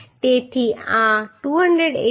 તેથી આ 285